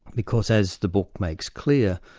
because as the book makes clear,